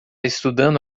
estudando